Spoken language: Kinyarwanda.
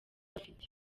afite